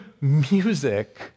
music